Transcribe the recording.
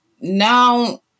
now